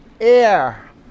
air